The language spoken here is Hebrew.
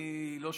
אני לא שמעתי.